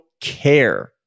care